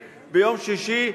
15:30 ביום שישי,